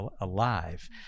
alive